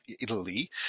Italy